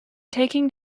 taking